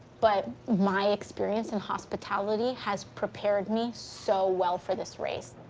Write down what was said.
but my experience in hospitality has prepared me so well for this race.